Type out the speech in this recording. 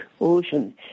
Ocean